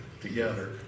together